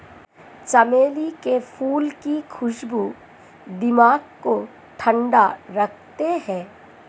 चमेली के फूल की खुशबू दिमाग को ठंडा रखते हैं